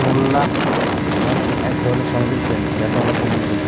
molluscs মানে এক ধরনের সামুদ্রিক প্রাণী যাকে আমরা কম্বোজ বলি